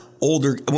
older